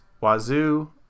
Wazoo